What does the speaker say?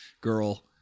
girl